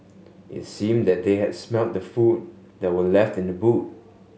it seemed that they had smelt the food that were left in the boot